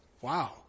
Wow